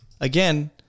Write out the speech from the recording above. Again